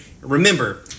remember